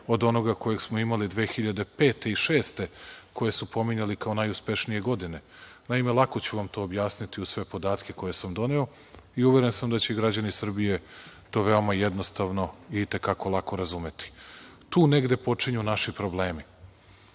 od onoga koji smo imali 2005. i 2006, koje su pominjali kao najuspešnije godine. Naime, lako ću vam to objasniti, uz sve podatke koje sam doneo, i uveren sam da će građani Srbije to veoma jednostavno i te kako lako razumeti. Tu negde počinju naši problemi.